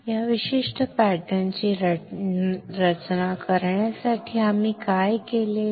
या विशिष्ट पॅटर्नची रचना करण्यासाठी आम्ही काय केले